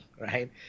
right